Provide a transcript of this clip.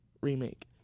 remake